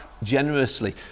generously